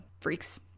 freaks